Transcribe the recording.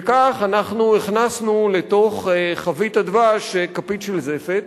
וכך אנחנו הכנסנו לתוך חבית הדבש כפית של זפת.